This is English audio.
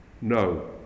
no